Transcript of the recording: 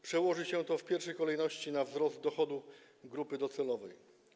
Przełoży się to w pierwszej kolejności na wzrost dochodów grupy docelowej.